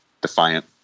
defiant